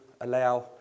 allow